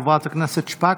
חברת הכנסת שפק,